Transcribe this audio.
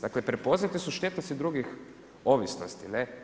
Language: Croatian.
Dakle, prepoznate su štetnosti drugih ovisnosti.